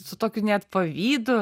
su tokiu net pavydu